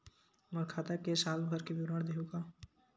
मोर खाता के साल भर के विवरण देहू का?